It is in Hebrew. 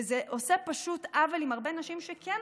וזה עושה פשוט עוול עם הרבה נשים שכן